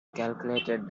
calculated